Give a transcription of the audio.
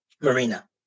Marina